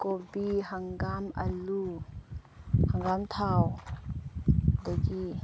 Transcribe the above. ꯀꯣꯕꯤ ꯍꯪꯒꯥꯝ ꯑꯥꯜꯂꯨ ꯍꯪꯒꯥꯝ ꯊꯥꯎ ꯑꯗꯒꯤ